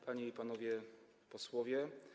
Panie i Panowie Posłowie!